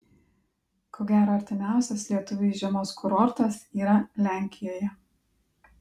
ko gero artimiausias lietuviui žiemos kurortas yra lenkijoje